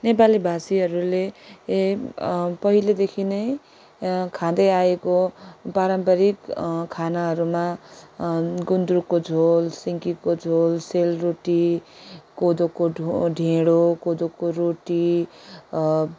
नेपालीभाषीहरूले पहिलेदेखि नै खाँदै आएको पारम्परिक खानाहरूमा गुन्द्रुकको झोल सिन्कीको झोल सेलरोटी कोदोको ढो ढिँडो कोदोको रोटी